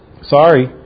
sorry